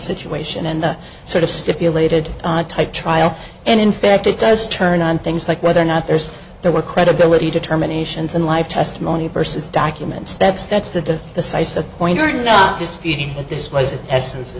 situation and the sort of stipulated type trial and in fact it does turn on things like whether or not there's there were credibility determinations in live testimony versus documents that's that's the the size of the pointer not disputing that this was the essence of the